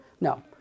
No